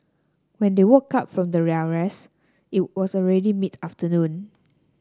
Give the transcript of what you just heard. when they woke up from their rest it was already mid afternoon